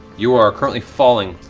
you are currently falling.